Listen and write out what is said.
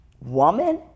woman